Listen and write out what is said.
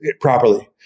properly